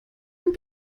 ein